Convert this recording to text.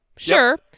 Sure